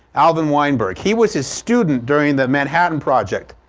alvin weinberg. he was his student during the manhattan project.